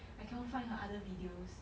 I cannot find her other videos